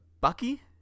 Bucky